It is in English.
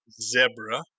zebra